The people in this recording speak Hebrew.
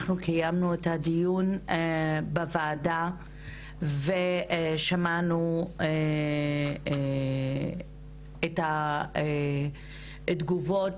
אנחנו קיימנו את הדיון בוועדה ושמענו את התגובות